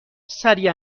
سریع